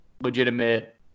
legitimate